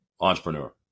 entrepreneur